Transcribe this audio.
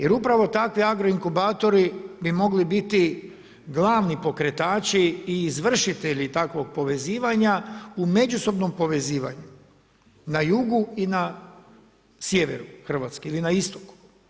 Jer upravo takve agroinkubatori bi mogli biti glavni pokretači i izvršitelji takvog povezivanja u međusobnom povezivanju, na jugu i na sjeveru Hrvatske ili na istoku.